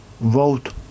Vote